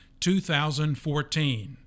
2014